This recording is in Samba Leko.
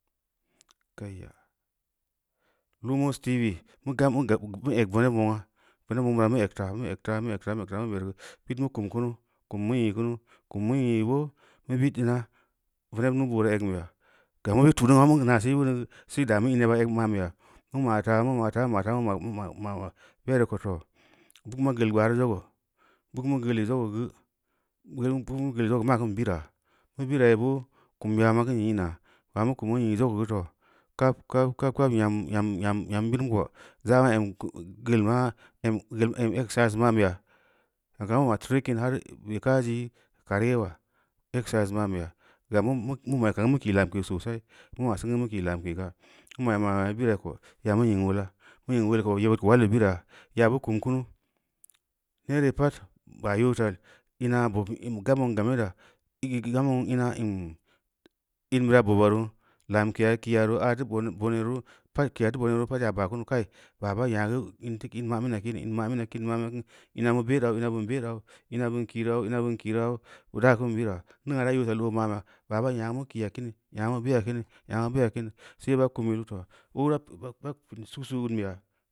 Kaiya nomos tu mu gam mu gab mu eg veneb nuuongna veneb nueng bira mu eg taa mu eg faa mu eg faa mu eg faa mu bereu geu bid kum kunu kum mu nyi kunu, kum mu nyi boo mu bid ma veneb nuu-boora egn biya gam bnu be tu’ningn ma mugeu naase beuneu geu se da mu in yeba eg ma’n beya ma ma’ taa mu ma’ taa mu ma’ ma’ ma’ bereu ko too vug ma geul gbaru zoga, vug mu geuleu zogeu geu rug mu geudeu zogeu geu maa kin bira, mu birai boo kum yama kim nyinaa bingmu kum mu nyoi zogeu gu too, kab kab kab kab njam njam birum ko za’ ma’a em geul ma em exercise ma’n beya nyani kanu mall ma’ trekking baa bekaji kareula exercise ma’n beya gam mu ma’i kan gu mu kii lamke sosai, mu ma’ singu mu kii lamke ga, mu ma’i ma’ ma’ mu biragi ko ya mu nying uleula, mu nging uleuleu ko yebbid ko ulal i bira yaa, yobu kum kumu neere pad baa yota ina bob gam nulong gameda i gam nulong ina hmmm in bira boba roo lamkiya kiya roo adeu boni roo pad i kiya feu boni reu pad ya i baa kunu kai baba nya geu in teu kin in ma bina kim, ma bina kin ina bin bereu au, ina bin be’ reu au ina bin kiireu au in na bin kii reu au ina bin kiireu au in na bin kii reu au bu da kin bira ningna deu yota lad ma’nbeya baba nya geu mu kiya kin mu beya kin nyamu beya kin see baa kum yilu too, ba ko susu udu beya.